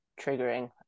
triggering